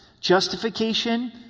Justification